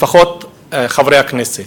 לפחות חברי הכנסת.